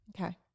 Okay